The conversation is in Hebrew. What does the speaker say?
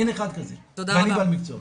אין אחד כזה ואני במקצוע.